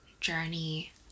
journey